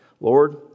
Lord